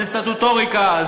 זה סטטוטוריקה,